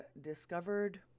discovered